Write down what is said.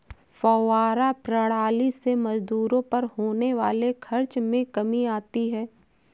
फौव्वारा प्रणाली से मजदूरों पर होने वाले खर्च में कमी आती है